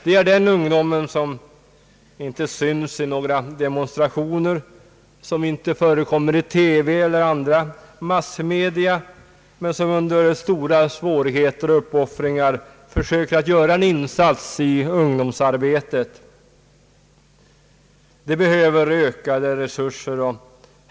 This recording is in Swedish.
Det är den ungdomen som inte syns i några demonstrationer, som inte förekommer i TV eller andra massmedia men som under stora svårigheter och uppoffringar försöker göra en insats i ungdomsarbetet. De behöver ökade resurser.